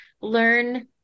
learn